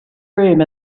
room